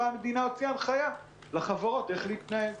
המדינה הוציאה הנחיה לחברות איך להתנהל.